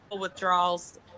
withdrawals